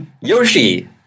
Yoshi